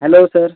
hello sir